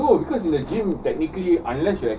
oh you wear your mask